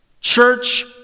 church